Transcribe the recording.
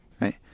right